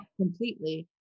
completely